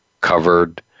covered